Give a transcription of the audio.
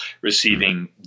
receiving